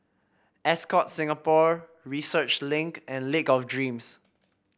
Ascott Singapore Research Link and Lake of Dreams